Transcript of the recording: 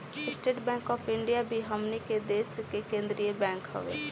estate bank of India भी हमनी के देश के केंद्रीय बैंक हवे